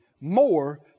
more